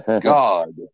god